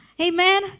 Amen